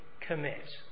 commit